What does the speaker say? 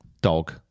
dog